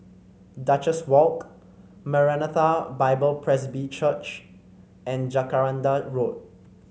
Duchess Walk Maranatha Bible Presby Church and Jacaranda Road